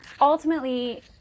ultimately